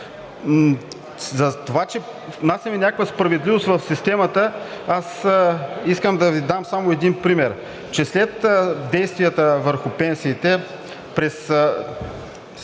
Затова че внасяме някаква справедливост в системата, искам да Ви дам само един пример. След действията върху пенсиите, след